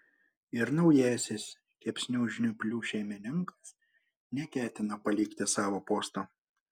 ir naujasis kepsnių žnyplių šeimininkas neketino palikti savo posto